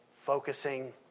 focusing